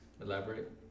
elaborate